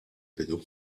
bidu